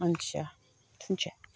मोनथिया थुनोसै